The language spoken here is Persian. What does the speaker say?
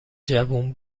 جوون